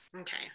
Okay